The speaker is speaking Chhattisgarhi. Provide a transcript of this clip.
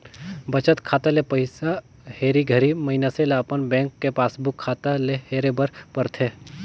बचत खाता ले पइसा हेरे घरी मइनसे ल अपन बेंक के पासबुक खाता ले हेरे बर परथे